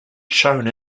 shown